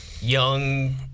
young